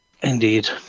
indeed